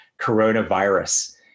coronavirus